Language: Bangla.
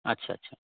আচ্ছা আচ্ছা